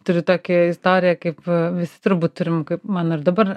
turiu tokią istoriją kaip visi turbūt turim kaip man ir dabar